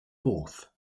fourth